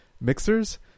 mixers